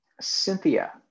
Cynthia